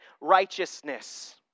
righteousness